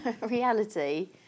reality